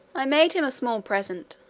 i made him a small present,